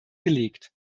gelegt